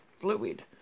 fluid